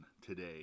today